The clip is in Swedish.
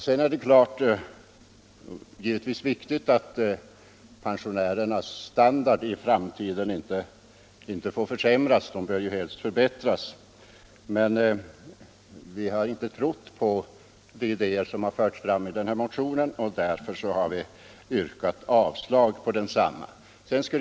Sedan är det givetvis viktigt att pensionärernas standard i framtiden inte försämras = den bör ju helst förbättras. Men vi har inte trott på de idéer som förs fram i denna motion och har därför yrkat avslag på densamma.